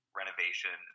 renovation